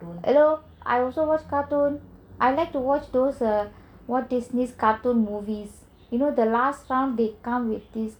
hello I also watch cartoon I like to watch all those walt disney cartoon movies you know the last time they come with this